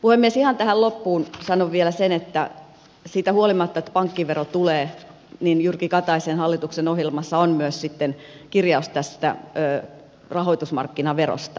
ihan tähän loppuun sanon vielä sen että siitä huolimatta että pankkivero tulee jyrki kataisen hallituksen ohjelmassa on myös kirjaus tästä rahoitusmarkkinaverosta